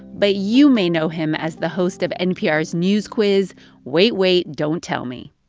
but you may know him as the host of npr's news quiz wait wait. don't tell me!